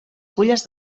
fulles